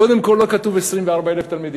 קודם כול, לא כתוב 24,000 תלמידים.